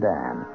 Dan